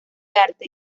arte